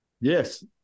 Yes